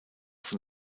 von